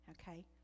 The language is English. okay